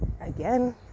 again